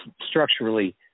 structurally